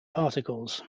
particles